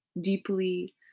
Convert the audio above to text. deeply